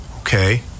okay